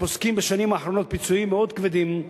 ופוסקים בשנים האחרונות פיצויים מאוד כבדים,